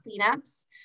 cleanups